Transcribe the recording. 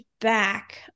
back